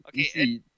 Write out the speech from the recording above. Okay